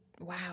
wow